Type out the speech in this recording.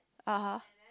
(uh huh)